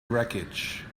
wreckage